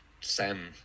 Sam